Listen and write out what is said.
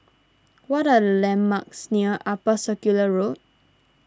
what are the landmarks near Upper Circular Road